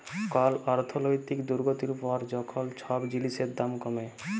call অর্থলৈতিক দুর্গতির পর যখল ছব জিলিসের দাম কমে